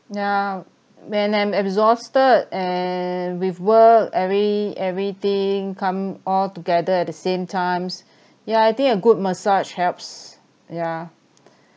yeah when I'm exhausted and with work every everything come all together at the same times yeah I think a good massage helps yeah